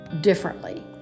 differently